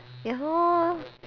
ya lor